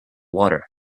water